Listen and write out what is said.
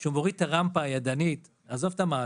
כשהוא מוריד את הרמפה הידנית עד לכביש עזוב עכשיו את המעלון